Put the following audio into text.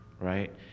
right